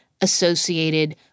associated